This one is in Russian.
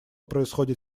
происходит